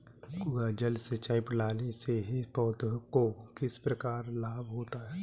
कुआँ जल सिंचाई प्रणाली से पौधों को किस प्रकार लाभ होता है?